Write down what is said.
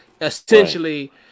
essentially